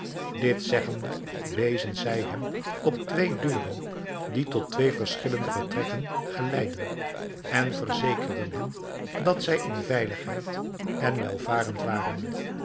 dit zeggende wezen zij hem op twee deuren die tot twee verschillende vertrekken geleidden en verzekerden hem dat zij in veiligheid en welvarend waren